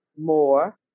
more